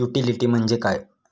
Utility म्हणजे काय?